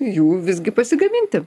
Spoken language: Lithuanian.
jų visgi pasigaminti